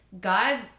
God